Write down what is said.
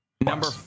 Number